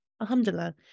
Alhamdulillah